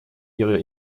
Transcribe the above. ihre